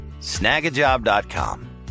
snagajob.com